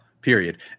Period